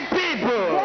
people